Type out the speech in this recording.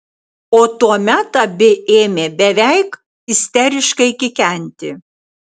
o tuomet abi ėmė beveik isteriškai kikenti